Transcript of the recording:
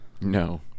no